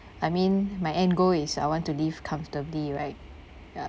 I mean my end goal is I want to live comfortably right ya